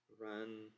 run